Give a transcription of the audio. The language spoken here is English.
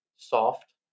Soft